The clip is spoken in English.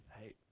hey